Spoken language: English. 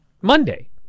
Monday